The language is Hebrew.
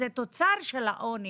זה תוצר של העוני.